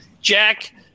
Jack